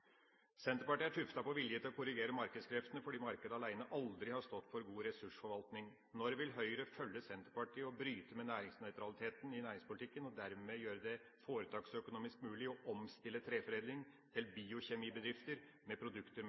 Senterpartiet er tuftet på vilje til å korrigere markedskreftene, fordi markedet alene aldri har stått for god ressursforvaltning. Når vil Høyre følge Senterpartiet og bryte med næringsnøytraliteten i næringspolitikken, og dermed gjøre det foretaksøkonomisk mulig å omstille treforedling til biokjemibedrifter med produkter